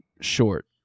short